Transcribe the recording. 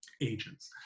agents